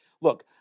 Look